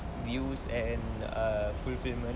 views and a fulfillment